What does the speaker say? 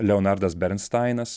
leonardas bernstainas